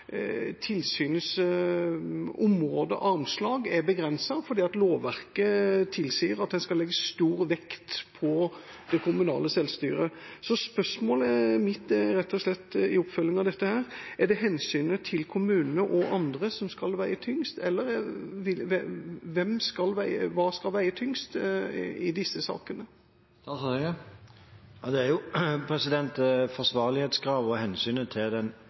skal legge stor vekt på det kommunale selvstyret. Så spørsmålet mitt i oppfølgingen av dette er rett og slett: Er det hensynet til kommunene og andre som skal veie tyngst – eller hva skal veie tyngst i disse sakene? Det er forsvarlighetskrav og hensynet til den enkelte som skal veie tyngst, men med den modellen vi har valgt i Norge, at det er